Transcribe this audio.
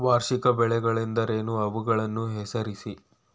ವಾರ್ಷಿಕ ಬೆಳೆಗಳೆಂದರೇನು? ಅವುಗಳನ್ನು ಹೆಸರಿಸಿ?